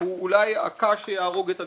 הוא אולי הקש שיהרוג את הגמל.